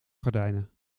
gordijnen